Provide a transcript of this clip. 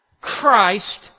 Christ